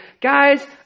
guys